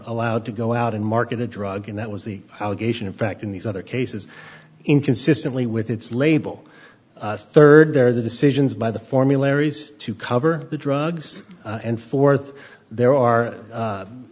allowed to go out and market a drug and that was the allegation in fact in these other cases inconsistently with its label rd there the decisions by the formularies to cover the drugs and forth there are